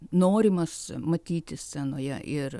norimas matyti scenoje ir